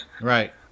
right